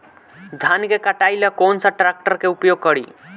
धान के कटाई ला कौन सा ट्रैक्टर के उपयोग करी?